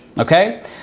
okay